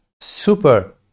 super